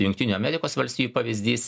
jungtinių amerikos valstijų pavyzdys